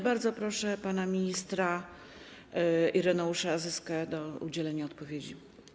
Bardzo proszę pana ministra Ireneusza Zyskę o udzielenie odpowiedzi.